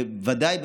בוודאי,